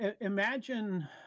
imagine